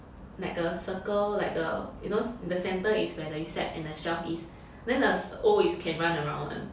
like a circle like uh you know the center is where the recep and the shelf is then the O is can run around [one]